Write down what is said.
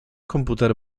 komputer